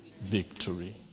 Victory